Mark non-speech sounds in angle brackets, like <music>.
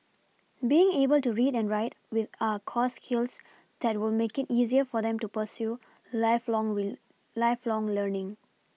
being able to read and write with are core skills that will make it easier for them to pursue lifelong <unintelligible> lifelong learning